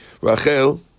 Rachel